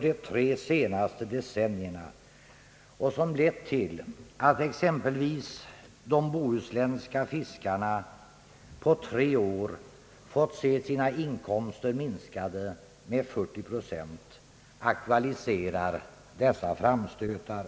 de tre senaste decennierna och som lett till att exempelvis de bohuslänska fiskarna på tre år fått se sina inkomster minskade med 40 procent, aktualiserar dessa framstötar.